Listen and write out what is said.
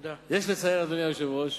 יש לציין, אדוני היושב-ראש,